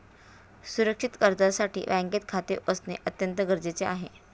सुरक्षित कर्जासाठी बँकेत खाते असणे अत्यंत गरजेचे आहे